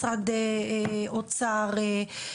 משרד אוצר,